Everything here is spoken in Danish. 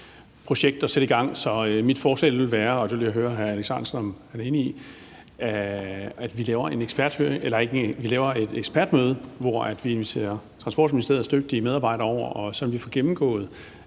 hr. Alex Ahrendtsen om han er enig i, at vi laver et ekspertmøde, hvor vi inviterer Transportministeriets dygtige medarbejdere over, sådan at vi kan få gennemgået